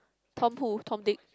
Tom Pool Tom Dick